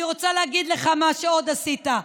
אני רוצה להגיד לך מה עוד עשית.